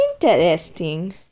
Interesting